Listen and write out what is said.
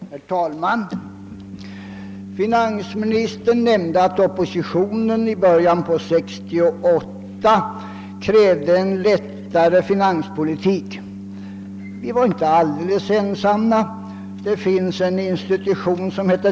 Herr talman! Finansministern nämnde att oppositionen i början av 1968 krävde en lättare finanspolitik. Vi var inte alldeles ensamma om detta krav.